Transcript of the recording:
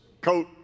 coat